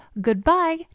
goodbye